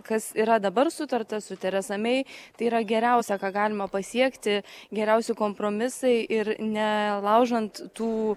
kas yra dabar sutarta su teresa mei tai yra geriausia ką galima pasiekti geriausi kompromisai ir nelaužant tų